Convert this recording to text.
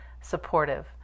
supportive